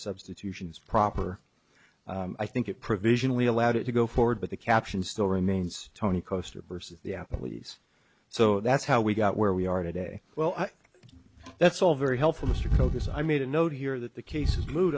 substitutions proper i think it provisionally allowed it to go forward but the caption still remains tony coaster versus the apple lease so that's how we got where we are today well that's all very helpful mr probus i made a note here that the case is moot